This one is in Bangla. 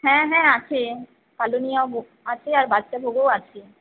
হ্যাঁ হ্যাঁ আছে কালোনুনিয়াও আছে আর বাদশাভোগও আছে